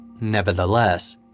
Nevertheless